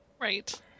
Right